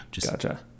Gotcha